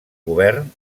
govern